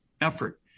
effort